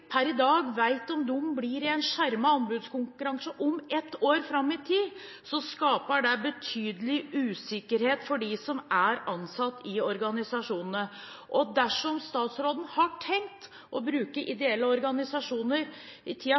om de vil være i en skjermet anbudskonkurranse om ett år, skaper det betydelig usikkerhet for dem som er ansatt i organisasjonene. Dersom statsråden har tenkt å bruke ideelle organisasjoner i